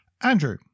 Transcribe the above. Andrew